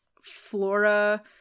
flora